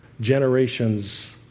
generations